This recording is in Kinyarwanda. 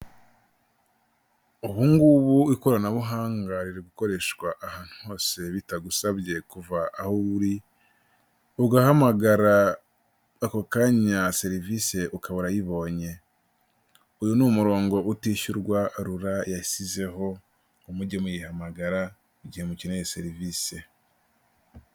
Ubungubu ikoranabuhanga riri gukoreshwa ahantu hose bitagusabye kuva aho uri, ugahamagara ako kanya serivisi ukaba urayibonye, uyu ni umurongo utishyurwa Rura yashyizeho ngo mujye muyihamagara, igihe mukeneye serivisi.